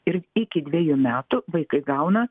ir iki dvejų metų vaikai gauna